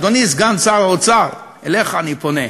אדוני סגן שר האוצר, אליך אני פונה,